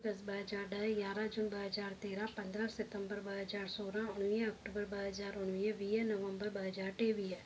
दस ॿ हज़ार ॾह यारहं जून ॿ हज़ार तेरहं पंद्रहं सितंबर ॿ हज़ार सोरहं उणिवीह अक्टूबर ॿ हज़ार उणिवीह वीह नवंबर ॿ हज़ार टेवीह